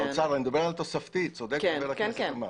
אני מדבר על תקציב תוספתי צודק חבר הכנסת עמאר.